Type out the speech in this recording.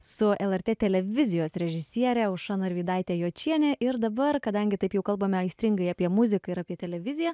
su lrt televizijos režisiere aušra narvydaite jočiene ir dabar kadangi taip jau kalbame aistringai apie muziką ir apie televiziją